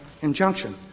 injunction